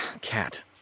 Cat